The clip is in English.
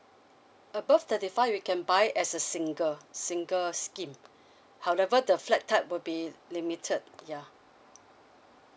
above thirty five we can buy as a single single scheme however the flat type would be limited ya